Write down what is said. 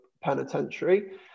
penitentiary